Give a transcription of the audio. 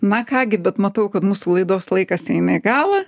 na ką gi bet matau kad mūsų laidos laikas eina į galą